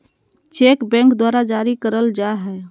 cheque bank द्वारा जारी करल जाय हय